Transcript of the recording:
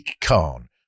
Khan